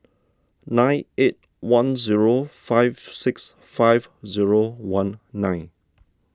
nine eight one zero five six five zero one nine